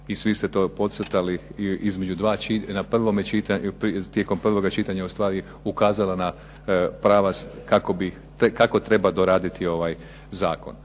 prvome čitanju, tijekom prvoga čitanja ustvari ukazala na pravac kako treba doraditi ovaj zakon.